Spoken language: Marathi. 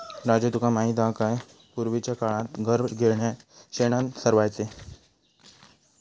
राजू तुका माहित हा काय, पूर्वीच्या काळात घर शेणानं सारवायचे